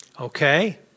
Okay